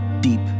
deep